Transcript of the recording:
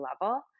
level